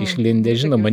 išlindęs žinoma